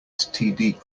std